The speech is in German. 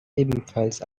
ebenfalls